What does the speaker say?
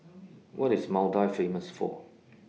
What IS Maldives Famous For